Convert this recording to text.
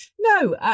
No